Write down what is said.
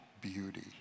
beauty